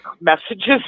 messages